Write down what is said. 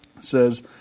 says